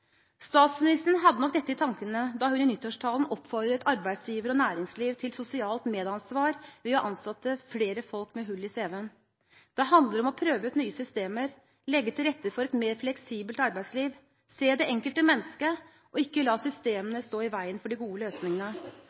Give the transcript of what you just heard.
Statsministeren hadde nok dette i tankene da hun i nyttårstalen oppfordret arbeidsgivere og næringsliv til sosialt medansvar ved å ansette flere folk med hull i CV-en. Det handler om å prøve ut nye systemer, legge til rette for et mer fleksibelt arbeidsliv, se det enkelte mennesket og ikke la systemene stå i veien for de gode løsningene.